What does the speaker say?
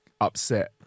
upset